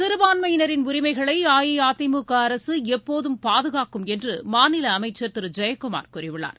சிறுபான்மையினரின் உரிமைகளை அஇஅதிமுக அரசு எப்போதும் பாதுகாக்கும் என்று மாநில அமைச்சர் திரு ஜெயக்குமார் கூறியுள்ளார்